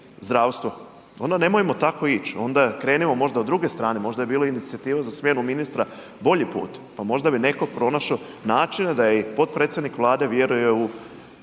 zdravstvo. Onda nemojmo tako ići, onda krenimo možda u druge strane, možda je bilo inicijativa za smjenu ministra bolji put pa možda bi netko pronašao načine da i potpredsjednik Vlade vjeruje u